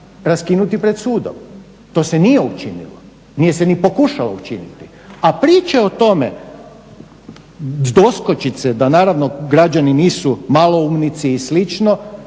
raskinuti pred sudom. To se nije učinilo. Nije se ni pokušalo učiniti. A priče o tome, doskočice da naravno građani nisu maloumnici i